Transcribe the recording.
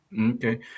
Okay